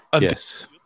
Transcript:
Yes